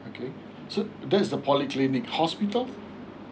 okay so that's the polyclinic hospital